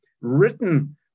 written